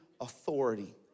authority